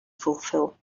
fulfill